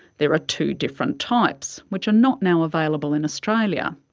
there are two different types, which are not now available in australia.